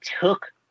took